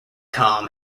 com